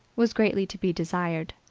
was greatly to be desired.